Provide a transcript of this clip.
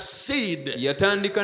seed